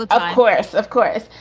of of course. of course.